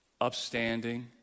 upstanding